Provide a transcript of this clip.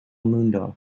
mundo